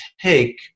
take